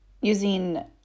using